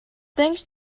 thanks